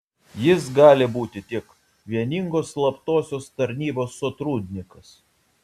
jis gali būti tik vieningos slaptosios tarnybos sotrudnikas